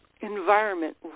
environment